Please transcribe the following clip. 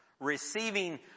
receiving